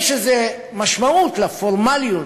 יש איזה משמעות לפורמליות,